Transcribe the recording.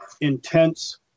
intense